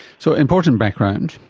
so, important background.